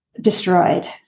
destroyed